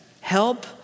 Help